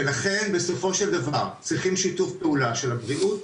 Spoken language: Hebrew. ולכן בסופו של דבר צריכים שיתוף פעולה של הבריאות,